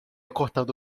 cortando